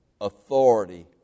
authority